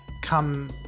come